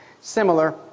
similar